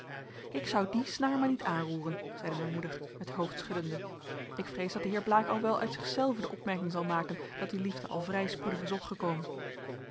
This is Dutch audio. ik zou die snaar maar niet aanroeren zeide mijn moeder het hoofd schuddende ik vrees dat de heer blaek al wel uit zichzelven de opmerking zal maken dat die liefde al vrij spoedig is opgekomen